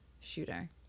shooter